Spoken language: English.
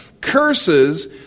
Curses